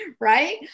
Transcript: right